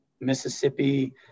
Mississippi